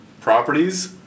properties